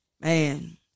man